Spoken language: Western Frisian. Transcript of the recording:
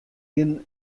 gjin